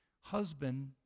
husband